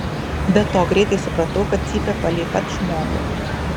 be to greitai supratau kad cypia palei pat žmogų